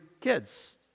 kids